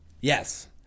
Yes